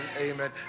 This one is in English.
Amen